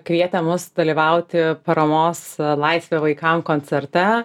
kvietė mus dalyvauti paramos laisvė vaikam koncerte